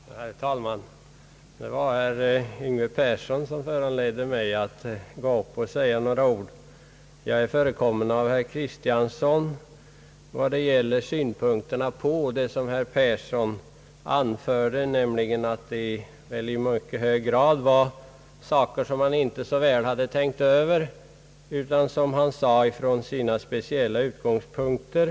Herr talman! Det var herr Yngve Perssons anförande som föranledde mig att gå upp i talarstolen och säga några ord. Jag blev förekommen av herr Axel Kristiansson i fråga om den synpunkten på herr Yngve Perssons anförande, att det i mycket hög grad rörde sig om saker sem denne inte hade tänkt över så noga utan som han sade från sina speciella utgångspunkter.